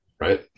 right